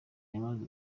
yamaze